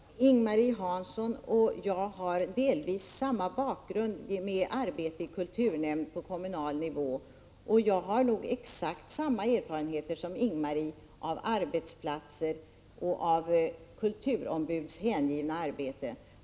Herr talman! Ing-Marie Hansson och jag har delvis samma bakgrund med arbete i kulturnämnd på kommunal nivå, och jag har nog exakt samma erfarenheter som Ing-Marie Hansson av arbetsplatser och av kulturombudens hängivna arbete.